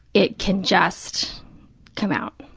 it can just come out,